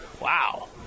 Wow